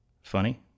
Funny